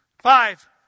Five